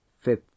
Fifth